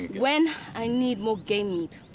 when i need more game meat.